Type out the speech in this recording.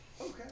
Okay